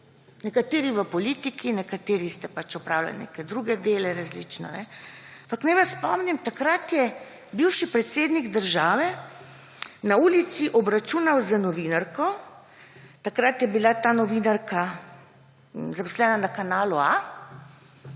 Nekateri v politiki, nekateri ste opravljali neka druga dela, različna … Ampak naj vas spomnim, takrat je bivši predsednik države na ulici obračunal z novinarko. Takrat je bila ta novinarka zaposlena na Kanalu A